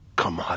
come ah